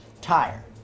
tire